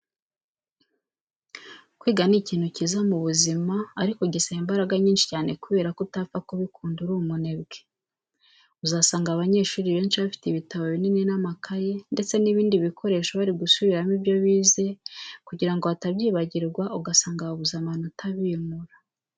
Kwiga ni ikintu cyiza mu buzima ariko gisaba imbara nyinshi cyane kubera ko utapfa kubikunda uri umunebwe. Uzasanga abanyeshuri benshi bafite ibitabo binini n'amakayi ndetse n'ibindi bikoresho bari gusubiramo ibyo bize, kugira ngo batabyibagirwa ugasanga babuze amanota abimura.